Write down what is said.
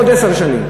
עוד עשר שנים.